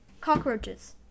cockroaches